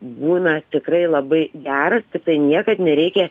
būna tikrai labai geras tiktai niekad nereikia